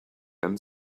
end